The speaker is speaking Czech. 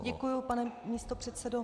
Děkuji, pane místopředsedo.